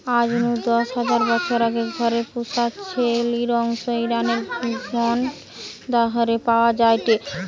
আজ নু দশ হাজার বছর আগে ঘরে পুশা ছেলির অংশ ইরানের গ্নজ দারেহে পাওয়া যায়টে